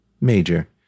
Major